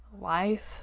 life